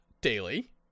daily